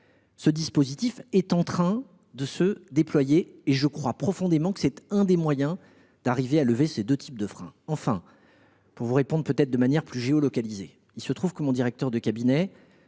Ce dispositif est en train de se déployer, et je crois profondément que c’est l’un des moyens de parvenir à lever ces deux types de freins. Enfin, pour vous répondre de manière plus géolocalisée, il se trouve que mon directeur de cabinet